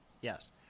Yes